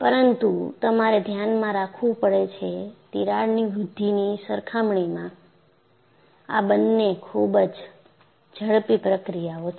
પરંતુ તમારે ધ્યાનમાં રાખવું પડે છે તિરાડની વૃદ્ધિની સરખામણીમાં આ બંને ખૂબ જ ઝડપી પ્રક્રિયાઓ છે